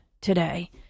today